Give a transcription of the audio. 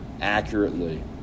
accurately